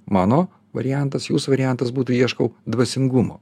mano variantas jūs variantas būtų ieškau dvasingumo